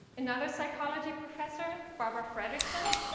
another psychology professor, barbara frederickson,